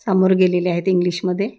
समोर गेलेले आहेत इंग्लिशमध्ये